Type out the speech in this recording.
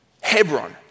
Hebron